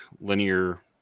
linear